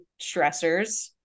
stressors